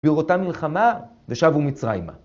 בראותם מלחמה, ושבו מצריימה.